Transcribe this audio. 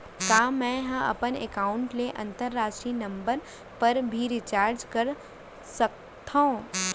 का मै ह अपन एकाउंट ले अंतरराष्ट्रीय नंबर पर भी रिचार्ज कर सकथो